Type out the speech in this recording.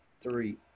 three